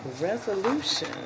Resolution